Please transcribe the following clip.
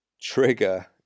trigger